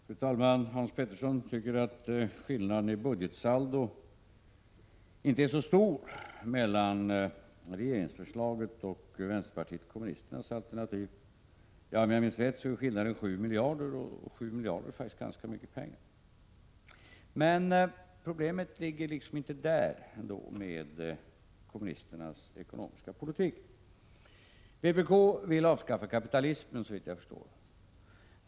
Fru talman! Hans Petersson i Hallstahammar tycker att skillnaden i budgetsaldo inte är så stor mellan regeringsförslaget och vänsterpartiet kommunisternas alternativ. Om jag minns rätt är skillnaden sju miljarder kronor, och det är faktiskt ganska mycket pengar. Men problemet med kommunisternas ekonomiska politik ligger ändå inte där. Vpk vill avskaffa kapitalismen, såvitt jag förstår.